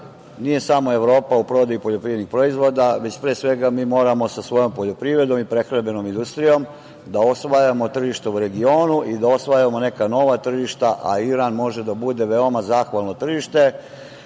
nije samo Evropa u prodaji poljoprivrednih proizvoda, već pre svega mi moramo sa svojom poljoprivredom i prehrambenom industrijom da osvajamo tržišta u regionu i da osvajamo neka nova tržišta, a Iran može da bude veoma zahvalno tržište. Imamo